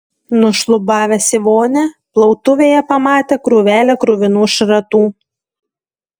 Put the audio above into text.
nušlubavęs į vonią plautuvėje pamatė krūvelę kruvinų šratų